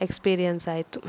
experience ಆಯಿತು